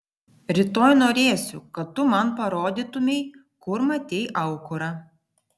rytoj norėsiu kad tu man parodytumei kur matei aukurą